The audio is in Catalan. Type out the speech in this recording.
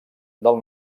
del